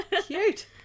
Cute